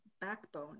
backbone